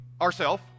ourself